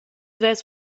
vess